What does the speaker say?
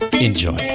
Enjoy